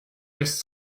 miss